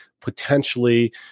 potentially